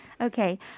Okay